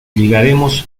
llegaremos